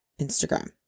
Instagram